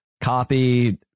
copy